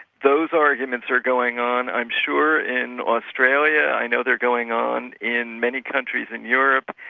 those arguments are going on i'm sure in australia, i know they're going on in many countries in europe,